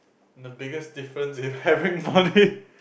the biggest difference is having money